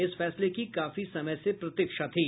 इस फैसले की काफी समय से प्रतीक्षा थी